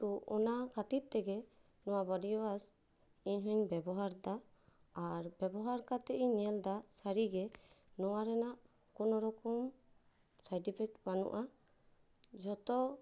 ᱛᱚ ᱚᱱᱟ ᱠᱷᱟᱹᱛᱤᱨ ᱛᱮᱜᱮ ᱱᱚᱣᱟ ᱵᱳᱰᱤ ᱣᱟᱥ ᱤᱧ ᱦᱚ ᱧ ᱵᱮᱵᱚᱦᱟᱨᱮᱫᱟ ᱟᱨ ᱵᱮᱵᱚᱦᱟᱨ ᱠᱟᱛᱮ ᱤᱧ ᱧᱮᱞ ᱮᱫᱟ ᱥᱟᱹᱨᱤ ᱜᱮ ᱱᱚᱣᱟ ᱨᱮᱱᱟᱜ ᱠᱳᱱᱳ ᱨᱚᱠᱚᱢ ᱥᱟᱭᱤᱴ ᱮᱯᱷᱮᱠᱴ ᱵᱟᱹᱱᱩᱜᱼᱟ ᱡᱚᱛᱚ